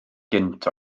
gynt